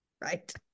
right